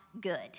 good